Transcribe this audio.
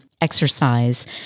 exercise